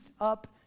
up